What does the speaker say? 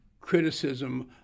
criticism